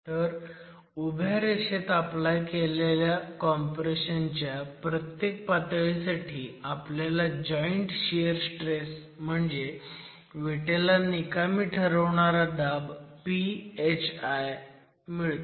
तर उभ्या रेषेत अप्लाय केलेल्या कॉम्प्रेशन च्या प्रत्येक पातळीसाठी आपल्याला जॉईंट शियर स्ट्रेस म्हणजे विटेला निकामी ठरवणारा दाब P hi मिळतो